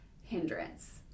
hindrance